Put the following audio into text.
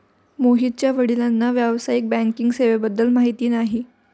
मोहितच्या वडिलांना व्यावसायिक बँकिंग सेवेबद्दल माहिती नाही